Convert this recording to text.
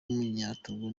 w’umunyatogo